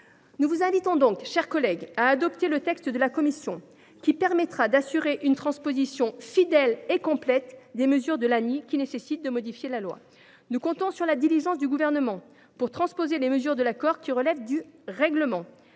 nous vous invitons à adopter le texte de la commission, qui permettra d’assurer une transposition fidèle et complète des mesures de l’ANI nécessitant de modifier la loi. Nous comptons sur la diligence du Gouvernement pour transposer les mesures de l’accord qui relèvent du domaine